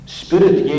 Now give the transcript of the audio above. spirit